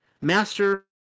Master